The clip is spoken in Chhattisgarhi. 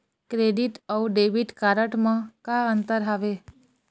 क्रेडिट अऊ डेबिट कारड म का अंतर हावे?